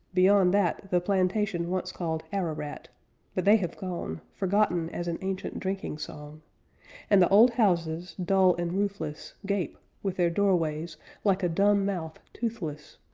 beyond that the plantation once called ararat but they have gone, forgotten as an ancient drinking song and the old houses, dull and roofless, gape, with their doorways like a dumb mouth toothless,